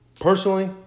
Personally